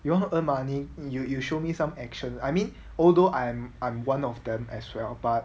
you want to earn money you you show me some action I mean although I'm I'm one of them as well but